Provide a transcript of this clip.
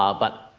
um but,